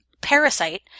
parasite